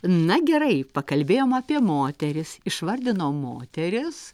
na gerai pakalbėjom apie moteris išvardinom moteris